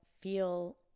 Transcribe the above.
feel